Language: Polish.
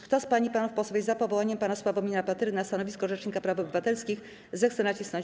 Kto z pań i panów posłów jest za powołaniem pana Sławomira Patyry na stanowisko rzecznika praw obywatelskich, zechce nacisnąć